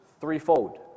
threefold